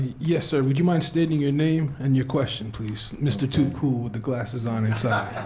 yes, sir. would you mind stating your name and your question, please. mr. too cool, with the glasses on inside.